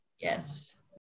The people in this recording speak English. yes